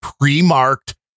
pre-marked